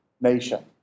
nation